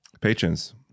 Patrons